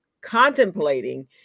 contemplating